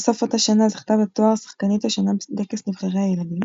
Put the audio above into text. בסוף אותה שנה זכתה בתואר "שחקנית השנה" בטקס נבחרי הילדים.